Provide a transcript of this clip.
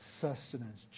sustenance